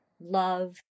love